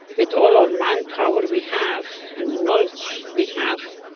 with all our manpower we have and the knowledge we have